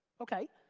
okay,